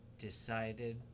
Decided